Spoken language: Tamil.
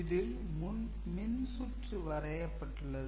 இதில் மின்சுற்று வரையப் பட்டுள்ளது